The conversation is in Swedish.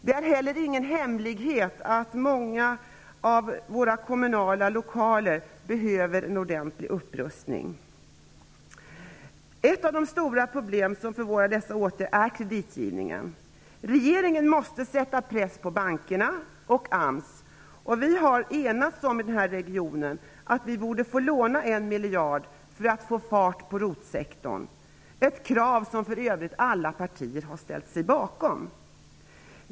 Det är heller ingen hemlighet att många av våra kommunala lokaler behöver en ordentlig upprustning. Ett av de stora problemen som försvårar dessa åtgärder är kreditgivningen. Regeringen måste sätta press på bankerna och på AMS. I denna region har vi enats om att vi borde få låna en miljard för att få fart på ROT-sektorn. Det är ett krav som för övrigt alla partier har ställt sig bakom.